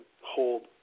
hold